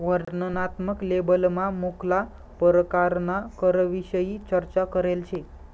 वर्णनात्मक लेबलमा मुक्ला परकारना करविषयी चर्चा करेल शे